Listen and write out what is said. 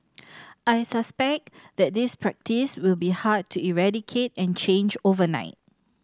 I suspect that this practice will be hard to eradicate and change overnight